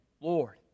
Lord